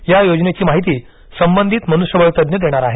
या योजनेची माहिती संबंधित मनुष्यबळ तज्ञ देणार आहेत